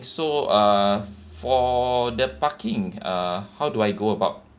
so uh for the parking uh how do I go about